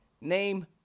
name